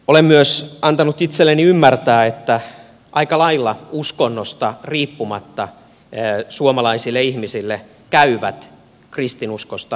olen myös antanut itselleni ymmärtää että aika lailla uskonnosta riippumatta suomalaisille ihmisille käyvät kristinuskosta tulevat vapaapäivät